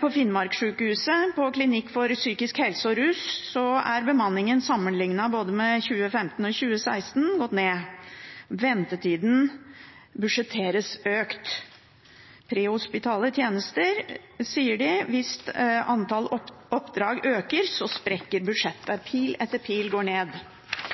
På Finnmarkssykehuset, ved Klinikk psykisk helsevern og rus, er bemanningen sammenlignet med både 2015 og 2016 gått ned. Ventetida budsjetteres økt. Om prehospitale tjenester sier de at hvis antall oppdrag øker, sprekker budsjettet. Pil etter pil går ned.